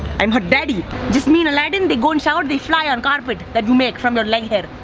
i'm her daddy. jasmine, aladdin. they go in shower, they fly on carpet that you make from your leg hair.